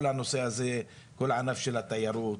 כל הנושא הענף של התיירות,